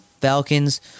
Falcons